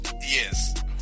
Yes